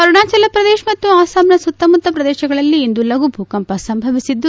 ಅರಣಾಚಲ ಪ್ರದೇಶ ಮತ್ತು ಅಸ್ಲಾಂನ ಸುತ್ತಮುತ್ತ ಪ್ರದೇಶಗಳಲ್ಲಿ ಇಂದು ಲಘು ಭೂಕಂಪ ಸಂಭವಿಸಿದ್ದು